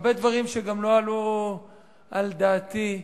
הרבה דברים שגם לא עלו על דעתי,